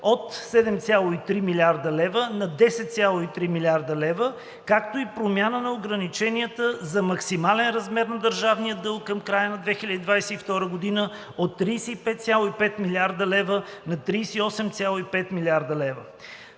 от 7,3 млрд. лв. на 10,3 млрд. лв., както и промяна на ограничението за максимален размер на държавния дълг към края на 2022 г. от 35,5 млрд. лв. на 38,5 млрд. лева.